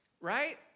right